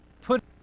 put